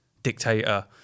dictator